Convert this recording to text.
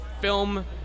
film